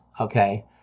okay